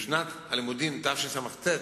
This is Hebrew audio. בשנת הלימודים תשס"ט,